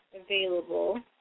available